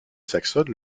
saxonne